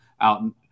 out